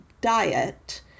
diet